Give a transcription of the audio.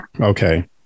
Okay